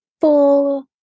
full